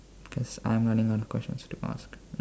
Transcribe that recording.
cause I'm running out of questions to ask